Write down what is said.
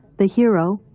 the hero,